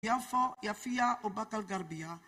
יפו, יפיע ובאקה אל גרבייה